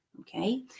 okay